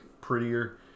prettier